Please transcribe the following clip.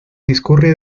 discurre